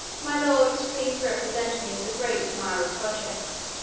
my lord was pleased to represent me as a great admirer of projects,